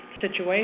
situation